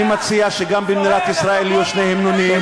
אני מציע שגם במדינת ישראל יהיו שני המנונים,